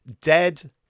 Dead